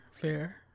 fair